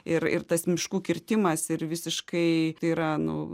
ir ir tas miškų kirtimas ir visiškai tai yra nu